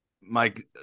Mike